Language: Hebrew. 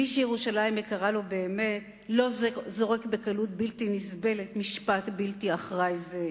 מי שירושלים יקרה לו באמת לא זורק בקלות בלתי נסבלת משפט בלתי אחראי זה.